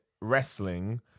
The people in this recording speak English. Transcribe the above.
wrestling